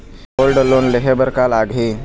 Gold loan लेहे बर का लगही?